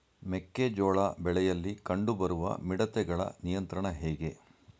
ಮೆಕ್ಕೆ ಜೋಳ ಬೆಳೆಯಲ್ಲಿ ಕಂಡು ಬರುವ ಮಿಡತೆಗಳ ನಿಯಂತ್ರಣ ಹೇಗೆ?